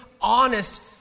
honest